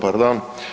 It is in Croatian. Pardon.